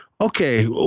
Okay